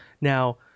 now